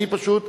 אני פשוט,